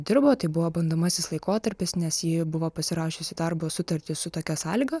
dirbo tai buvo bandomasis laikotarpis nes ji buvo pasirašiusi darbo sutartį su tokia sąlyga